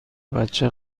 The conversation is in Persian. بچه